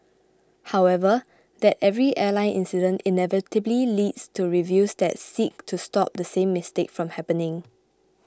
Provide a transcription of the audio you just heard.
however that every airline incident inevitably leads to reviews that seek to stop the same mistake from happening